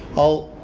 i'll